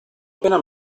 appena